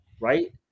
Right